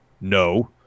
No